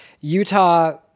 Utah